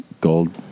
gold